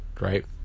right